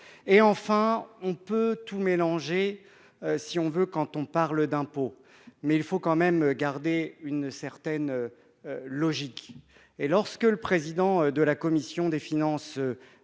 si on le veut, tout mélanger quand on parle d'impôts, mais il faut tout de même garder une certaine logique. Lorsque le président de la commission des finances